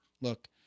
Look